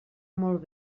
molt